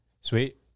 Sweet